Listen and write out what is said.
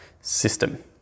system